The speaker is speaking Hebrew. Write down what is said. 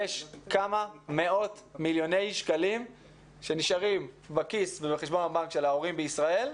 יש כמה מאות מיליוני שקלים שנשארים בכיס ובחשבון הבנק של ההורים בישראל,